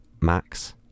Max